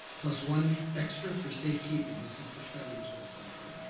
plus one extra for safekeeping. this is the federal reserve, after